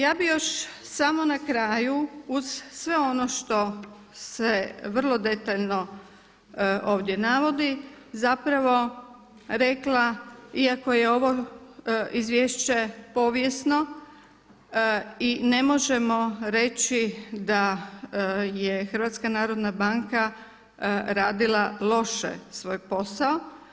Ja bih još samo na kraju uz sve ono što se vrlo detaljno ovdje navodi zapravo rekla iako je ovo izvješće povijesno i ne možemo reći da je HNB radila loše svoj posao.